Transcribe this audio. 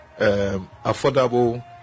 affordable